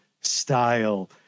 style